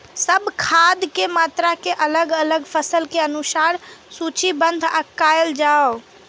सब खाद के मात्रा के अलग अलग फसल के अनुसार सूचीबद्ध कायल जाओ?